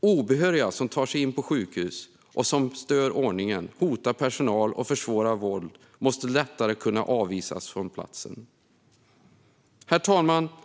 Obehöriga som tar sig in på sjukhus och som stör ordningen, hotar personal och försvårar vård måste lättare kunna avvisas från platsen. Herr talman!